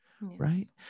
right